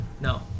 No